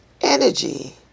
energy